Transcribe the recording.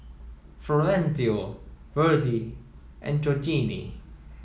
Florencio Verdie and Georgene